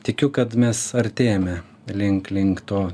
tikiu kad mes artėjame link link to